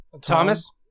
thomas